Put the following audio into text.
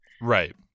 right